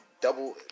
double